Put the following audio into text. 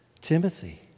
Timothy